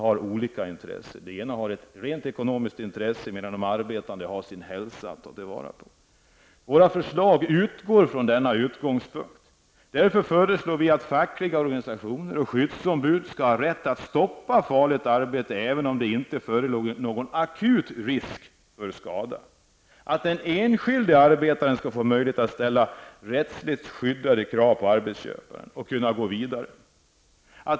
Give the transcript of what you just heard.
Arbetsgivarna har ett rent ekonomiskt intresse medan de arbetande har sin hälsa att ta hänsyn till. Med denna utgångspunkt föreslår vi att fackliga organisationer och skyddsombud skall ha rätt att stoppa farligt arbete, även om det inte föreligger någon akut risk för skada. Den enskilde arbetaren skall få möjlighet att ställa rättsligt skyddade krav på arbetsköparen och kunna gå vidare.